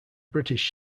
british